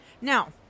Now